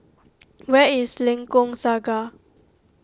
where is Lengkok Saga